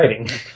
writing